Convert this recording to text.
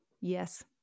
Yes